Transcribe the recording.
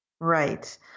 right